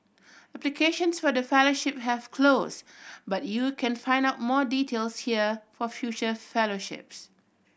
applications for the fellowship have closed but you can find out more details here for future fellowships